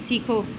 सीखो